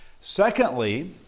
Secondly